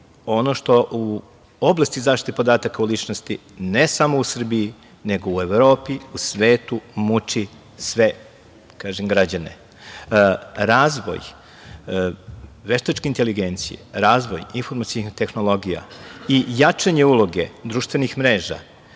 ono što u oblasti zaštite podataka o ličnosti ne samo u Srbiji, nego u Evropi, u svetu, muči sve građane. Razvoj veštačke inteligencije, razvoj informacionih tehnologija i jačanje uloge društvenih mreža